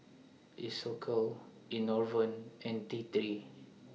Isocal Enervon and T three